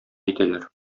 итәләр